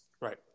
Right